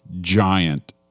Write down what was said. giant